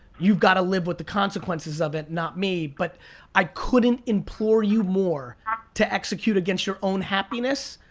you've gotta live with the consequences of it. not me. but i couldn't implore you more to execute against your own happiness